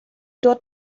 dort